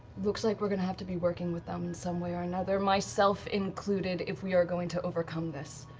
looks like we're going to have to be working with them in some way or another, myself included, if we are going to overcome this.